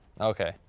Okay